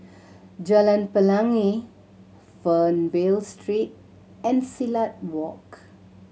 Jalan Pelangi Fernvale Street and Silat Walk